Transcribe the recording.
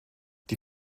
die